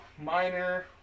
minor